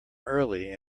early